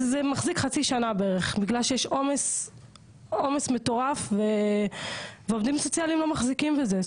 מחזיק חצי שנה בערך בגלל שיש עומס מטורף ועובדים סוציאליים לא מחזיקים בזה.